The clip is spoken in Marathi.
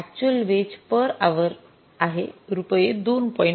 तर अक्चुअल वेज पर आवर आहे रुपये २